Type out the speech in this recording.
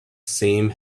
same